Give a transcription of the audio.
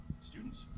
students